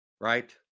Right